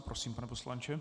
Prosím, pane poslanče.